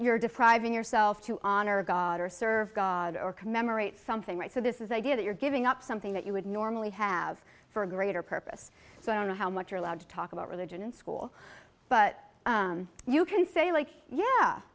your defragging yourself to honor god or serve god or commemorate something right so this is the idea that you're giving up something that you would normally have for a greater purpose so i don't know how much you're allowed to talk about religion in school but you can say like yeah